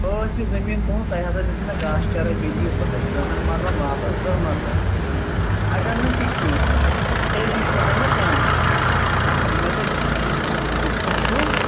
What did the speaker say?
ٲسۍ یہِ زٔمیٖن تُہنز تۄہہِ ہسا دِژو مےٚ گاسہٕ چرٲے مےٚ دِیو سا تُہۍ دَہن مرلن واپس دہ مرلہٕ اگر نہٕ تہِ کینہہ تیٚلہِ دِیو سا مےٚ تُہۍ قۭمتھ یہِ مےٚ تۄہہِ دِتمُت چُھو